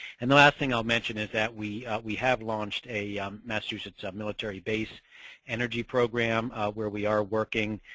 and the last thing i'll mention is that we we have launched a um massachusetts military base energy program where we are working